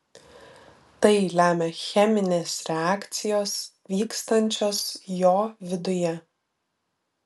tai lemia cheminės reakcijos vykstančios jo viduje